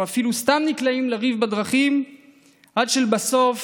או אפילו סתם נקלעים לריב בדרכים עד שלבסוף